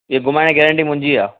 ई घुमाइण जी गेरंटी मुंहिंजी आहे